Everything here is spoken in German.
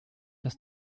das